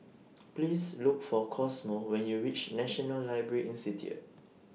Please Look For Cosmo when YOU REACH National Library Institute